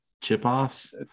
chip-offs